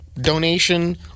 donation